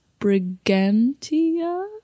Brigantia